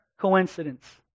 coincidence